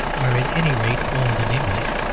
are, at any rate, old and english,